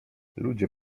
ludzie